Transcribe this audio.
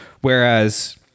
Whereas